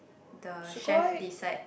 the chef decide